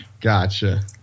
Gotcha